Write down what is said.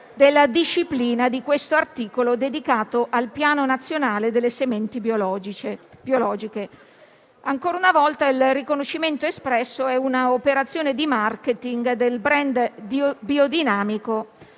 della disciplina di questo articolo dedicato al Piano nazionale delle sementi biologiche. Ancora una volta, il riconoscimento espresso è una operazione di *marketing* del *brand* biodinamico